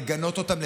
לגנות אותם,